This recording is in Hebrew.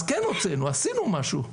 אז כן הוצאנו, עשינו משהו.